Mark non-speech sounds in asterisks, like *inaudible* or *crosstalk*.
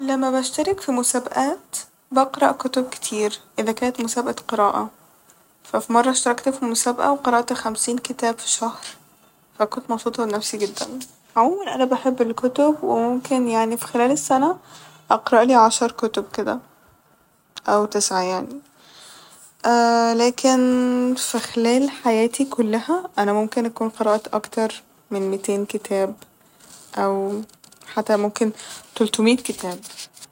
لما بشترك ف مسابقات بقرأ كتب كتير اذا كات مسابقة قراءة ف فمرة اشتركت ف مسابقة وقرأت خمسين كتاب ف شهر ف كنت مبسوطة من نفسي جدا ، عموما أنا بحب الكتب وممكن يعني ف خلال السنة أقرألي عشر كتب كده أو تسعة يعني *hesitation* لكن *hesitation* ف خلال حياتي أنا ممكن أكون قرأت أكتر من ميتين كتاب أو حتى ممكن تلتميت كتاب